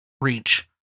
reach